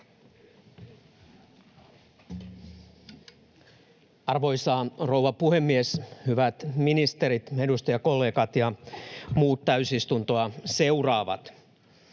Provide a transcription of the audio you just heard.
Arvoisa rouva puhemies! Hyvät ministerit, edustajakollegat ja muut täysistuntoa seuraavat!